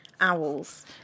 owls